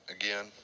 again